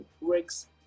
works